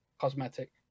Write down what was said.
cosmetic